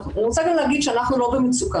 אני רוצה גם להגיד שאנחנו לא במצוקה.